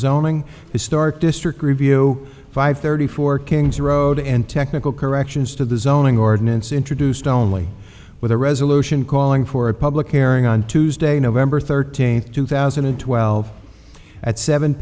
zoning historic district review five thirty four king's road and technical corrections to the zoning ordinance introduced only with a resolution calling for a public airing on tuesday nov thirteenth two thousand and twelve at seven